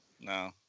No